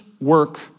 work